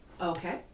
Okay